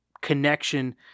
connection